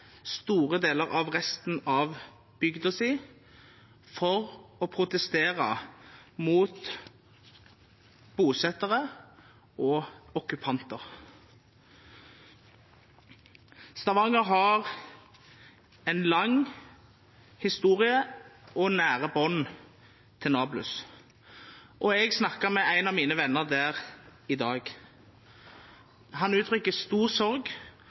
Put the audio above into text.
store deler av bygda si for å protestere mot bosettere og okkupanter. Stavanger har en lang historie og nære bånd til Nablus. Jeg snakket med en av mine venner der i dag, og han uttrykker stor sorg